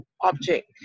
object